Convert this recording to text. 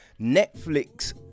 Netflix